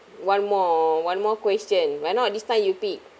one more one more question why not this time you pick